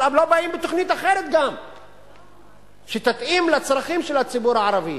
אבל הם גם לא באים בתוכנית אחרת שתתאים לצרכים של הציבור הערבי.